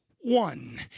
one